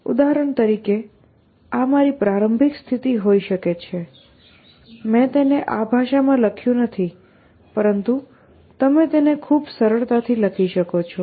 ઉદાહરણ તરીકે આ મારી પ્રારંભિક સ્થિતિ હોઈ શકે છે મેં તેને આ ભાષામાં લખ્યું નથી પરંતુ તમે તેને ખૂબ સરળતાથી લખી શકો છો